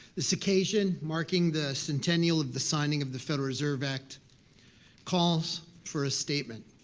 this occasion, marking the centennial of the signing of the federal reserve act calls for a statement,